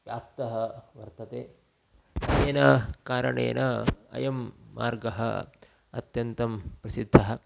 व्याप्तः वर्तते येन कारणेन अयं मार्गः अत्यन्तं प्रसिद्धः